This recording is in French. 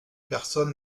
personne